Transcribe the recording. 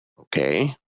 Okay